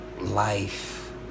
life